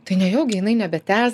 tai nejaugi jinai nebetęs